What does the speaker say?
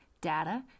data